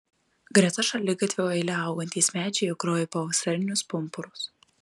greta šaligatvio eile augantys medžiai jau krovė pavasarinius pumpurus